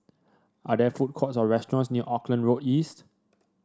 are there food courts or restaurants near Auckland Road East